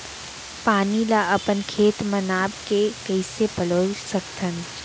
पानी ला अपन खेत म नाप के कइसे पलोय सकथन?